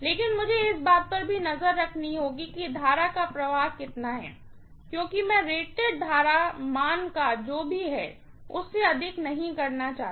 लेकिन मुझे इस बात पर नजर रखनी होगी कि करंट का प्रवाह कितना है क्योंकि मैं रेटेड करंट मान जो भी है उससे अधिक नहीं करना चाहती